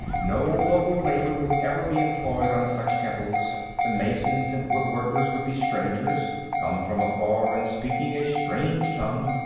no local labor would ever be employed on such temples the masons and woodworkers would be strangers, come from afar and speaking a strange tongue,